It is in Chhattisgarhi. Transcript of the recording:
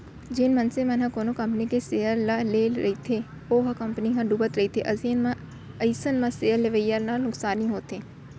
जेन मनसे मन ह कोनो कंपनी के सेयर ल लेए रहिथे अउ ओ कंपनी ह डुबत रहिथे अइसन म अइसन म सेयर लेवइया ल नुकसानी होथे